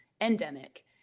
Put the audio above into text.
endemic